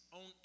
on